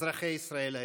אזרחי ישראל היקרים,